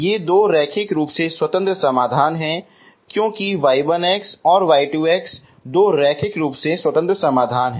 ये दो रैखिक रूप से स्वतंत्र समाधान हैं क्योंकि y1 और y2 दो रैखिक रूप से स्वतंत्र समाधान हैं